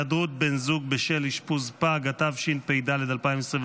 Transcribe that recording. (היעדרות בשל בן זוג בשל אשפוז פג), התשפ"ד 2024,